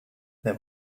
there